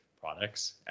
products